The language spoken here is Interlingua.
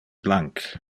blanc